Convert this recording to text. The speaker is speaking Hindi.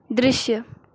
दृश्य